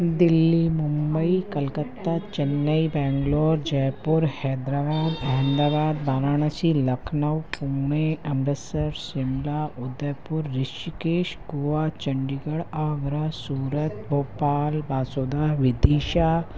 दिल्ली मुंबई कलकत्ता चेन्नई बैंगलोर जयपुर हैदराबाद अहमदाबाद वाराणसी लखनऊ उमे अमृतसर शिमला उदयपुर ऋषिकेश गोवा चंडीगढ़ आगरा सूरत भोपाल वासुधा विदिशा